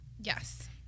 Yes